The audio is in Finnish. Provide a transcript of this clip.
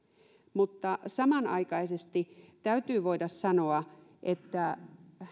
mutta samanaikaisesti täytyy voida sanoa että